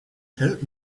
help